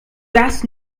das